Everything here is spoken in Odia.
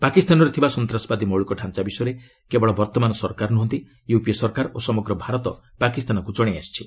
ପାକିସ୍ତାନରେ ଥିବା ସନ୍ତାସବାଦୀ ମୌଳିକଢାଞ୍ଚା ବିଷୟରେ କେବଳ ବର୍ତ୍ତମାନ ସରକାର ନୁହନ୍ତି ୟୁପିଏ ସରକାର ଓ ସମଗ୍ର ଭାରତ ପାକିସ୍ତାନକୁ ଜଣାଇ ଆସିଛି